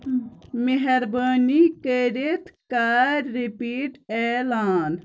مہربٲنی کٔرِتھ کر رِپیٖٹ اعلان